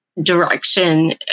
direction